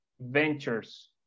ventures